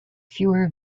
fewer